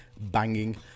banging